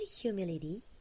humility